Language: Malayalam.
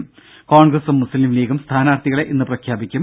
ത കോൺഗ്രസും മുസ്ലിംലീഗും സ്ഥാനാർത്ഥികളെ ഇന്ന് പ്രഖ്യാപിക്കും